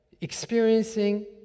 experiencing